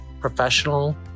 professional